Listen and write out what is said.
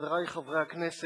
חברי חברי הכנסת,